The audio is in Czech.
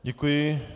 Děkuji.